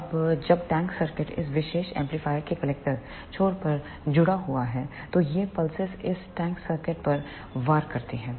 अब जब tank circuit इस विशेष एम्पलीफायर के कलेक्टर छोर पर जुड़ा हुआ है तो ये पल्सेस इस टैंक सर्किट पर वार करती हैं